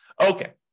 Okay